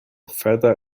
feather